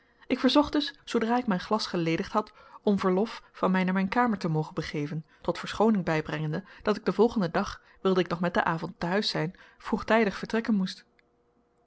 ik verzocht dus zoodra ik mijn glas geledigd had om verlof van mij naar mijn kamer te mogen begeven tot verschooning bijbrengende dat ik den volgenden dag wilde ik nog met den avond te huis zijn vroegtijdig vertrekken moest